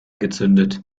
gezündet